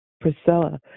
Priscilla